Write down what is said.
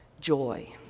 joy